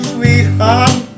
Sweetheart